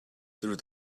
through